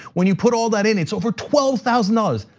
when you put all that in, it's over twelve thousand dollars,